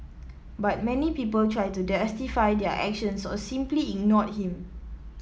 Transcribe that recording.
but many people try to justify their actions or simply ignored him